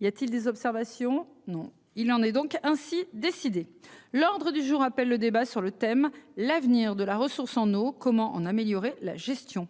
y a-t-il des observations non il en est donc ainsi décidé l'ordre du jour appelle le débat sur le thème l'avenir de la ressource en eau comment en améliorer la gestion.